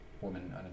woman